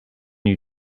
you